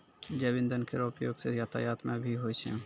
जैव इंधन केरो उपयोग सँ यातायात म भी होय छै